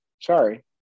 sorry